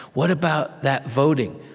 what about that voting?